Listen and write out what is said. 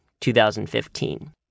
2015